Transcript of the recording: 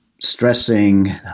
stressing